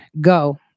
Go